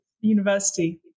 university